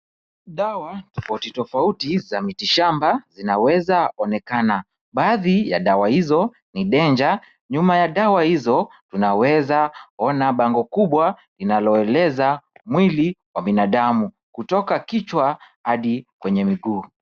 Dawa tofauti tofauti za miti shamba zinawezaonekana. Baadhi ya dawa izo ni danger nyuma ya dawa hizo tunaweza ona bango kubwa linaloeleza mwili wa binadamu kutoka kichwa hadi kwenye miguu.